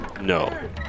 No